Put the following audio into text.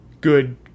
good